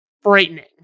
frightening